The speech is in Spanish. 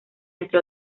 entre